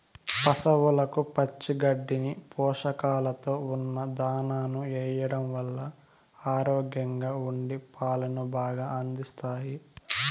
పసవులకు పచ్చి గడ్డిని, పోషకాలతో ఉన్న దానాను ఎయ్యడం వల్ల ఆరోగ్యంగా ఉండి పాలను బాగా అందిస్తాయి